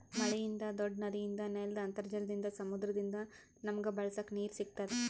ಮಳಿಯಿಂದ್, ದೂಡ್ಡ ನದಿಯಿಂದ್, ನೆಲ್ದ್ ಅಂತರ್ಜಲದಿಂದ್, ಸಮುದ್ರದಿಂದ್ ನಮಗ್ ಬಳಸಕ್ ನೀರ್ ಸಿಗತ್ತದ್